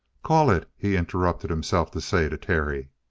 call it, he interrupted himself to say to terry.